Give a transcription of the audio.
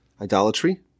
Idolatry